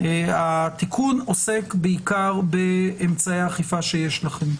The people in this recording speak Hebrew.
התיקון עוסק בעיקר באמצעי האכיפה שיש לכם,